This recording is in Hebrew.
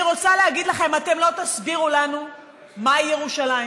אני רוצה להגיד לכם: אתם לא תסבירו לנו מהי ירושלים.